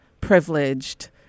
privileged